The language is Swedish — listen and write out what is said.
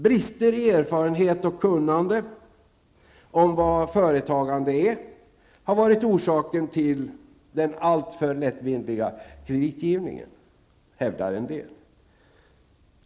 Brister i erfarenhet och kunnande om vad företagande är har varit orsaken till den alltför lättvindiga kreditgivningen, hävdar somliga.